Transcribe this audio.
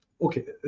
Okay